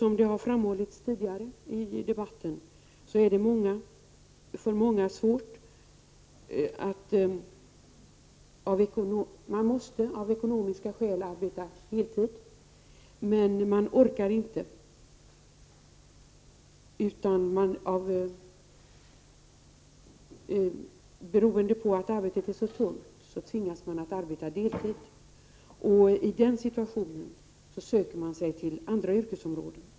; Som det har framhållits tidigare i debatten måste många av ekonomiska skäl arbeta heltid men man orkar inte utan tvingas på grund av att arbetet är 43 så tungt att arbeta deltid. I den situationen söker man sig till andra yrkesområden.